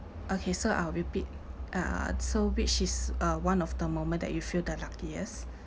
okay so I'll repeat ah so which is uh one of the moment that you feel the luckiest